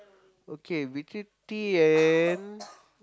okay between tea and